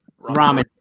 Ramen